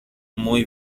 muy